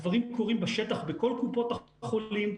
הדברים קורים בשטח בכל קופות החולים.